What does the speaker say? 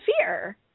fear